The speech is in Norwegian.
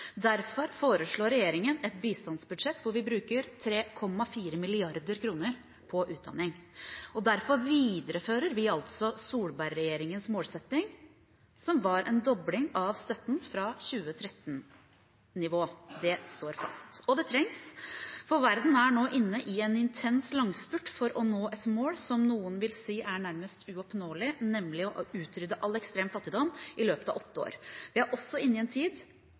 Derfor foreslår regjeringen et bistandsbudsjett hvor vi bruker 3,4 mrd. kr på utdanning, og derfor viderefører vi altså Solberg-regjeringens målsetting, som var en dobling av støtten fra 2013-nivå. Det står fast. Og det trengs, for verden er nå inne i en intens langspurt for å nå et mål som noen vil si er nærmest uoppnåelig, nemlig å utrydde all ekstrem fattigdom i løpet av åtte år. Vi er også inne i en tid